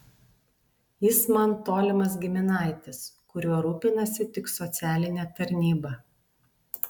jis man tolimas giminaitis kuriuo rūpinasi tik socialinė tarnyba